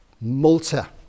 Malta